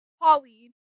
Holly